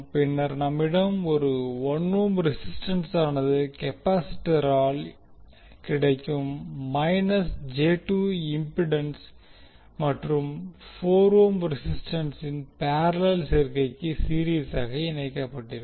பின்னர் நம்மிடம் ஒரு 1 ஓம் ரெசிஸ்டான்ஸானது கெபாசிட்டரால் கிடைக்கும் மைனஸ் j2 இம்பிடேன்ஸ் மற்றும் 4 ஓம் ரெசிஸ்டன்சின் பேரலல் சேர்க்கைக்கு சீரிஸாக இணைக்கப்பட்டிருக்கும்